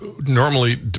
normally